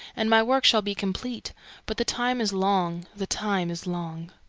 and my work shall be complete but the time is long, the time is long.